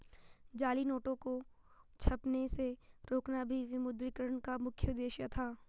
जाली नोटों को छपने से रोकना भी विमुद्रीकरण का मुख्य उद्देश्य था